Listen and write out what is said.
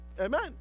amen